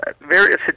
various